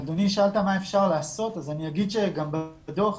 אדוני, שאלת מה אפשר לעשות ואני אומר שגם בדוח,